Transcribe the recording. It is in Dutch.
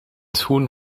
schoen